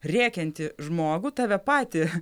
rėkiantį žmogų tave patį